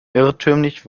irrtümlich